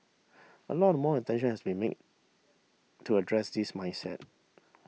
a lot more attention has be made to address this mindset